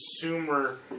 consumer